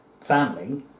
family